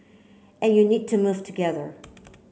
and you need to move together